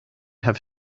have